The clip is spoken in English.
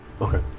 Okay